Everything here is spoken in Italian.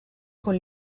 con